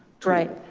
right.